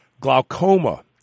Glaucoma